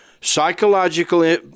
Psychological